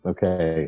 Okay